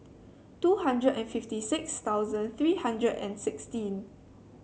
two hundred and fifty six thousand three hundred and sixteen